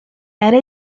era